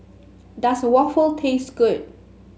does waffle taste good